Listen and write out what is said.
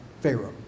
Pharaoh